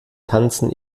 tanzen